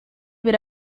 per